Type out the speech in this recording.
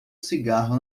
cigarro